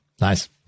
nice